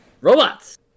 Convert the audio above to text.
robots